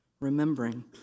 remembering